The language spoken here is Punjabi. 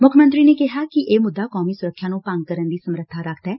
ਮੁੱਖ ਮੰਤਰੀ ਨੇ ਕਿਹਾ ਕਿ ਇਹ ਮੁੱਦਾ ਕੌਮੀ ਸੁਰੱਖਿਆ ਨੂੰ ਭੰਗ ਕਰਨ ਦੀ ਸਮਰੱਬਾ ਰੱਖਦੈ